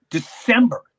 December